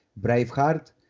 braveheart